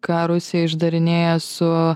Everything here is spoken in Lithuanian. ką rusija išdarinėja su